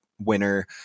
Winner